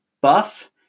buff